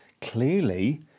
Clearly